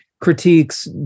critiques